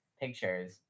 pictures